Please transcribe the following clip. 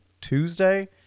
tuesday